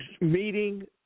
meeting